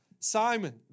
Simon